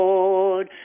Lord